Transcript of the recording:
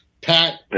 Pat